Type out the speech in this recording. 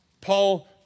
Paul